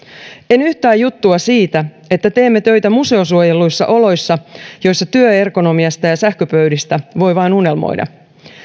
en yhtään juttua siitä että teemme töitä museosuojelluissa oloissa joissa työergonomiasta ja sähköpöydistä voi vain unelmoida